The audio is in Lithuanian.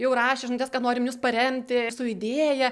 jau rašė žinutes kad norim jus paremti su idėja